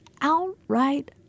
outright